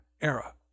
era